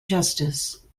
justice